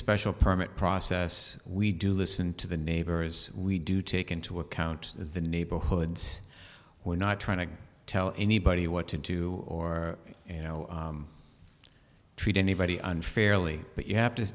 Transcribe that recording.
special permit process we do listen to the neighbors we do take into account the neighborhoods we're not trying to tell anybody what to do or you know treat anybody unfairly but you have to